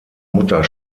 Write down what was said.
mutter